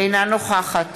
אינה נוכחת